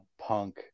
punk